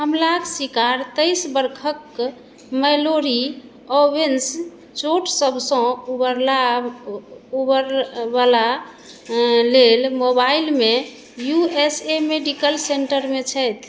हमलाक शिकार तेईस बरखक मैलोरी ओवेन्स चोटसभसँ उबरबा लेल मोबाइलमे U S A medical centre मे छथि